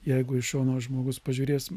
jeigu iš šono žmogus pažiūrės